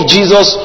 Jesus